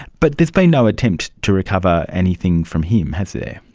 but there's been no attempt to recover anything from him, has there.